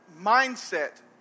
mindset